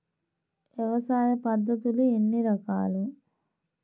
వ్యవసాయ పద్ధతులు ఎన్ని రకాలు?